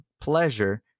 pleasure